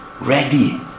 ready